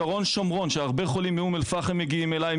שרון שומרון הרבה חולים מאום אל-פחם מגיעים אלי,